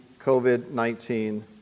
COVID-19